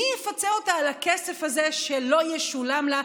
מי יפצה אותה על הכסף הזה שלא ישולם לה?